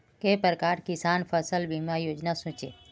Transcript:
के प्रकार किसान फसल बीमा योजना सोचें?